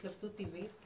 זו התלבטות טבעית.